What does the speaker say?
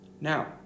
Now